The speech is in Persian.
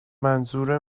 منظور